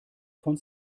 von